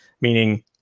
meaning